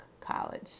College